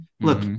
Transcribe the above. Look